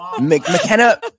McKenna